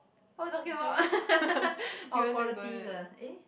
what you talking about orh qualities ah eh